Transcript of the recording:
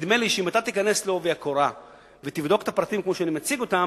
נדמה לי שאם תיכנס בעובי הקורה ותבדוק את הפרטים כמו שאני מציג אותם,